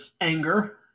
anger